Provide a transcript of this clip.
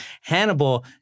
Hannibal